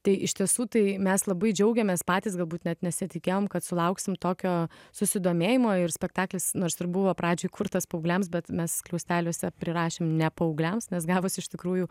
tai iš tiesų tai mes labai džiaugiamės patys galbūt net nesitikėjom kad sulauksim tokio susidomėjimo ir spektaklis nors ir buvo pradžioj kurtas paaugliams bet mes skliausteliuose prirašėm ne paaugliams nes gavos iš tikrųjų